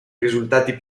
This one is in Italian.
risultati